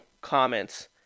comments